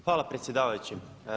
Hvala predsjedavajući.